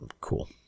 cool